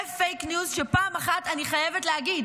זה פייק ניוז שפעם אחת אני חייבת להגיד,